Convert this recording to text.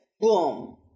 boom